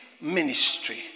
ministry